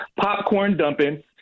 popcorn-dumping